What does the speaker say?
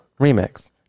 remix